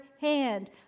hand